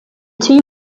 two